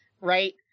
Right